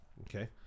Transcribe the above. Okay